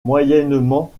moyennement